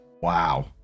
wow